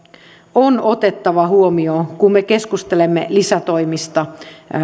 on otettava huomioon kun me keskustelemme lisätoimista